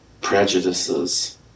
prejudices